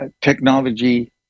technology